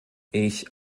ich